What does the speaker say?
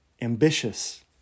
ambitious